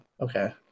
Okay